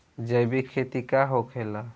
जैविक खेती का होखेला?